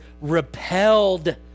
repelled